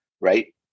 right